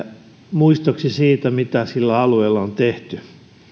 muistoksi siitä mitä sillä alueella on tehty